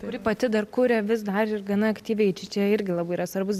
kuri pati dar kuria vis dar ir gana aktyviai čia irgi labai yra svarbus